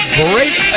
great